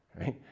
Right